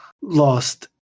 lost